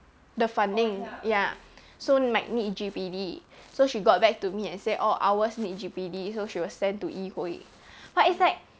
the funding ya so might need G_P_D so she got back to me and say orh ours need G_P_D so she will send to yi hui but it's like